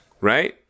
Right